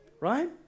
right